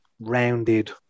rounded